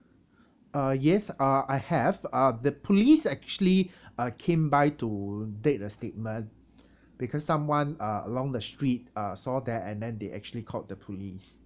uh yes uh I have uh the police actually uh came by to take the statement because someone uh along the street uh saw there and then they actually called the police